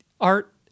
art